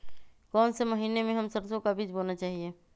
कौन से महीने में हम सरसो का बीज बोना चाहिए?